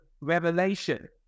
revelation